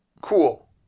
cool